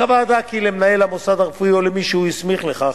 קבעה הוועדה כי למנהל המוסד הרפואי או למי שהוא הסמיך לכך,